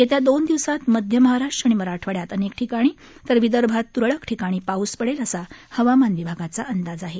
येत्या दोन दिवसात मध्य महाराष्ट्र आणि मराठवाड्यात अनेक ठिकाणी तर आणि विदर्भात त्रळक ठिकाणी पाऊस पडेल असा हवामान विभागाचा अंदाज आहे